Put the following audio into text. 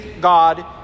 God